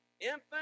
infant